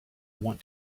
want